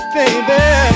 Baby